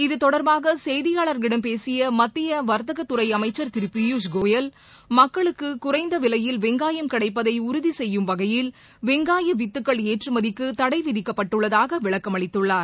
இத்தொடர்பாக செய்தியாளர்களிடம் பேசிய மத்திய வர்த்தகத் துறை அமைச்சர் திரு பியூஷ் கோயல் மக்களுக்கு குறைந்த விலையில் வெங்காயம் கிடைப்பதை உறுதி செய்யும் வகையில் வெங்காய வித்துக்கள் ஏற்றுமதிக்கு தடை விதிக்கப்பட்டுள்ளதாக விளக்கம் அளித்துள்ளார்